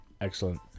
Excellent